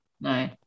no